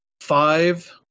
five